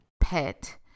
PET